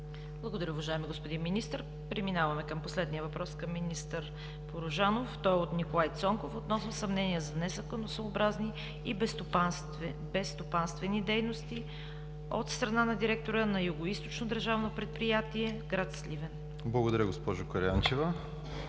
Благодаря, уважаеми господин Министър. Преминаваме към последния въпрос към министър Порожанов. Той е от Николай Цонков относно съмнения за незаконосъобразни и безстопанствени дейности от страна на директора на Югоизточно държавно предприятие, град Сливен. НИКОЛАЙ ЦОНКОВ (БСП за